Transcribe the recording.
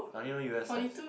I only know u_s size